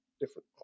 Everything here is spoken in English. different